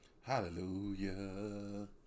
Hallelujah